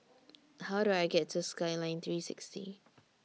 How Do I get to Skyline three sixty